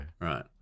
Right